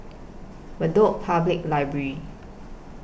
Bedok Public Library